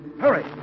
Hurry